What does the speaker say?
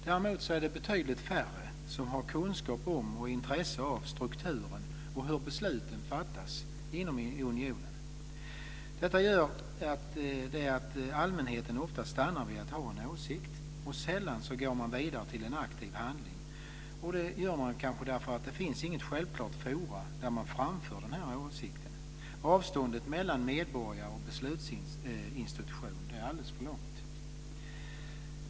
Däremot är det betydligt färre som har kunskap om och intresse av strukturen och hur besluten fattas inom unionen. Det gör att allmänheten oftast stannar vid att ha en åsikt. Sällan går man vidare till aktiv handling, kanske därför att det inte finns något självklart forum där man framför åsikter. Avståndet mellan medborgare och beslutsinstitution är alldeles för långt.